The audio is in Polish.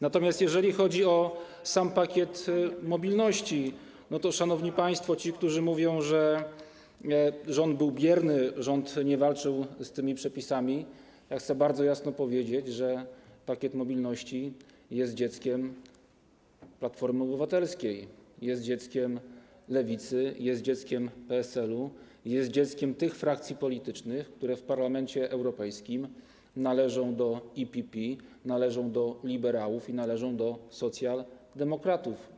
Natomiast jeżeli chodzi o sam Pakiet Mobilności, to, szanowni państwo, tym, którzy mówią, że rząd był bierny, że rząd nie walczył z tymi przepisami, chcę bardzo jasno powiedzieć, że Pakiet Mobilności jest dzieckiem Platformy Obywatelskiej, jest dzieckiem Lewicy, jest dzieckiem PSL-u, jest dzieckiem tych frakcji politycznych, które w Parlamencie Europejskim należą do EPP, należą do liberałów i należą do socjaldemokratów.